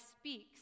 speaks